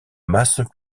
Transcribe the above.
masse